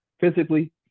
physically